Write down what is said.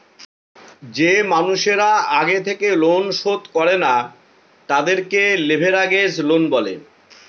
যে মানুষের আগে থেকে লোন শোধ করে না, তাদেরকে লেভেরাগেজ লোন বলে